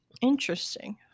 Interesting